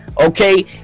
okay